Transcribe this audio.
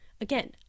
again